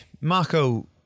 Marco